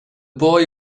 boy